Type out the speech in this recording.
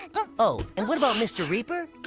oh, and what about mr. reaper?